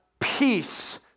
peace